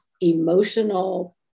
emotional